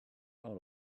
out